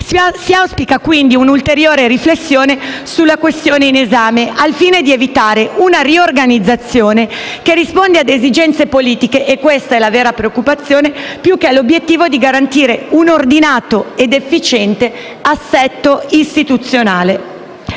Si auspica quindi un'ulteriore riflessione sulla questione in esame, al fine di evitare una riorganizzazione che risponde ad esigenze politiche - e questa è la vera preoccupazione - più che all'obiettivo di garantire un ordinato ed efficiente assetto istituzionale.